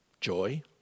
Joy